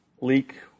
Leak